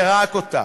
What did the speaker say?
ורק אותם,